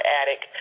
attic